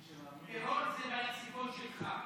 טרור, זה בלקסיקון שלך.